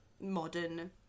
modern